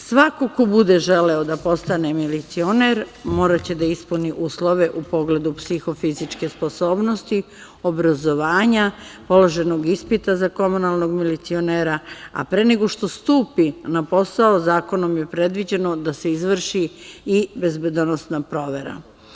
Svako ko bude želeo da postane milicioner moraće da ispuni uslove u pogledu psihofizičke sposobnosti, obrazovanja, položenog ispita za komunalnog milicionera, a pre nego što stupi na posao, zakonom je predviđeno da se izvrši i bezbedonosna provera.